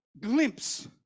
glimpse